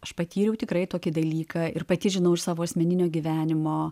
aš patyriau tikrai tokį dalyką ir pati žinau iš savo asmeninio gyvenimo